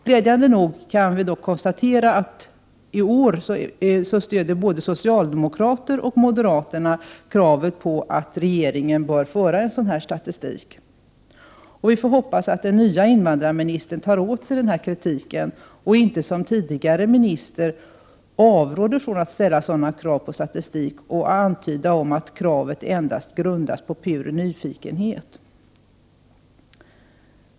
Glädjande nog kan vi konstatera att även socialdemokraterna och moderaterna i år stöder kravet att regeringen skall föra en sådan statistik. Vi får hoppas att den nya invandrarministern tar åt sig denna kritik och inte som den tidigare ministern avråder från att ställa sådana krav på statistik och antyder att kravet grundas endast på pur nyfikenhet.